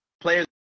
players